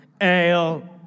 ale